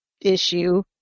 issue